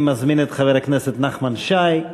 אני מזמין את חבר הכנסת נחמן שי,